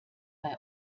bei